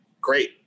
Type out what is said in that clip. Great